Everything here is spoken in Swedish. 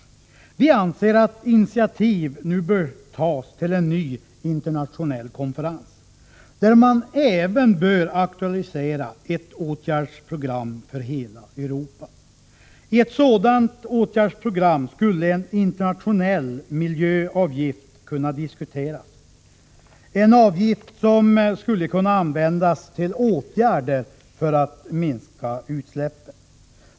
Vi anser att initiativ nu bör tas till en ny internationell konferens, där man även bör aktualisera ett åtgärdsprogram för hela Europa. I ett sådant åtgärdsprogram skulle en internationell miljöavgift kunna diskuteras, vilken skulle kunna användas till åtgärder för att minska utsläppen.